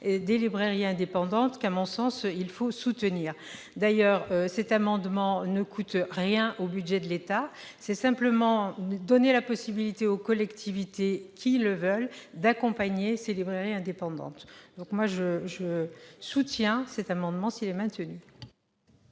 des librairies indépendantes, qu'il faut, selon moi, soutenir. Par ailleurs, cet amendement ne coûte rien au budget de l'État. Il s'agit simplement de donner la possibilité aux collectivités qui le veulent d'accompagner ces librairies indépendantes. Pour ma part, je soutiendrai cet amendement, s'il est maintenu.